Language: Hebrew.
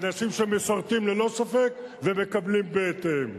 אנשים שמשרתים ללא ספק ומקבלים בהתאם.